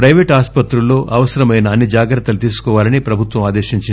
ప్రెపేటు ఆసుపత్రుల్లో అవసరమైన అన్ని జాగ్రత్తలు తీసుకోవాలని ప్రభుత్వం ఆదేశించింది